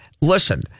listen